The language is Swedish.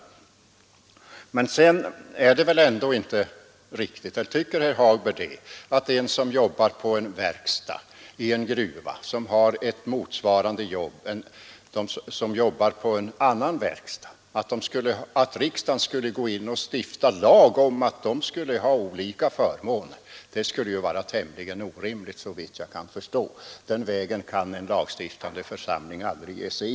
Tycker herr Hagberg att det är riktigt att riksdagen skulle stifta lag om att de som jobbar på en verkstad ansluten till en gruva och som har ett motsvarande jobb som dem, vilka arbetar på en annan verkstad, skulle ha olikartade förmåner. Det skulle, såvitt jag kan förstå, vara fullkomligt orimligt. Den vägen kan en lagstiftande församling aldrig beträda.